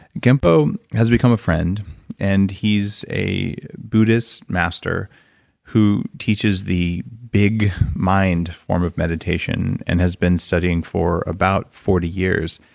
genpo has become a friend and he's a buddhist master who teaches the big mind form of meditation and has been studying for about forty years,